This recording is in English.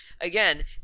Again